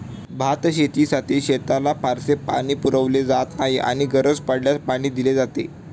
भातशेतीसाठी शेताला फारसे पाणी पुरवले जात नाही आणि गरज पडल्यास पाणी दिले जाते